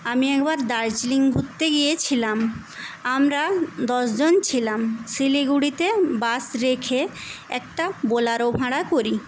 আমি একবার দার্জিলিং ঘুরতে গিয়েছিলাম আমরা দশজন ছিলাম শিলিগুড়িতে বাস রেখে একটা বোলেরো ভাড়া করি